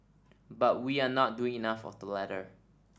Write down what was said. but we are not doing enough of the latter